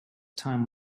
time